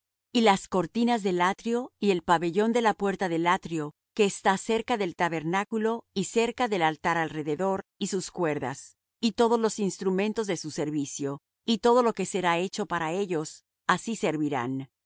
y las cortinas del atrio y el pabellón de la puerta del atrio que está cerca del tabernáculo y cerca del altar alrededor y sus cuerdas y todos los instrumentos de su servicio y todo lo que será hecho para ellos así servirán